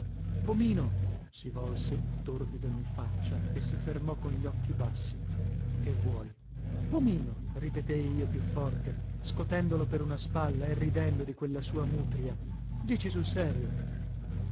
pomino si volse torbido in faccia e si fermò con gli occhi bassi che vuoi pomino ripetei io più forte scotendolo per una spalla e ridendo di quella sua mutria dici sul serio